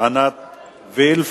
עינת וילף.